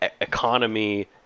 economy